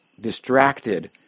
distracted